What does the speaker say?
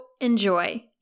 enjoy